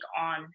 on